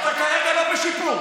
אתה כרגע לא בשיפור.